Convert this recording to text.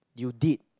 you did